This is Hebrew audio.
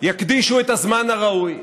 יקדישו את הזמן הראוי,